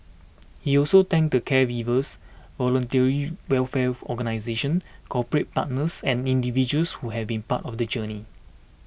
he also thanked the caregivers voluntary welfare organisations corporate partners and individuals who have been part of the journey